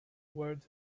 word